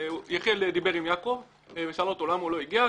יחיאל דיבר עם יעקב ושאל אותו למה הוא לא הגיע,